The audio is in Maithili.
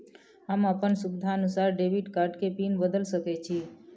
हम अपन सुविधानुसार डेबिट कार्ड के पिन बदल सके छि?